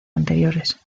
anteriores